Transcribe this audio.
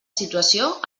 situació